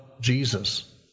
Jesus